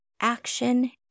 action